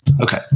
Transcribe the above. Okay